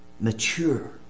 mature